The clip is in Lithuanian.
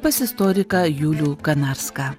pas istoriką julių kanarską